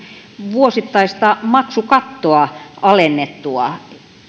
vuosittaista maksukattoa alennettua